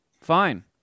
Fine